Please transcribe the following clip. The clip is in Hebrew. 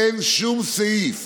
אין שום סעיף